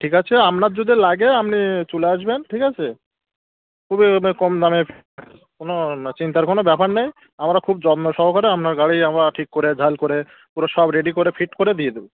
ঠিক আছে আপনার যদি লাগে আপনি চলে আসবেন ঠিক আছে খুবই কম দামে কোনও চিন্তার কোনও ব্যাপার নেই আমরা খুব যত্ন সহকারে আপনার গাড়ি আমরা ঠিক করে ঝাল করে পুরো সব রেডি করে ফিট করে দিয়ে দেবো